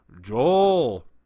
Joel